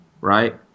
right